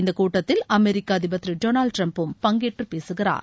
இந்த கூட்டத்தில் அமெரிக்க அதிபர் திரு டொனால்ட் டிரம்பும் பங்கேறறு பேசுகிறார்